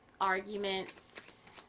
arguments